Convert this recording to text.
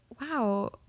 wow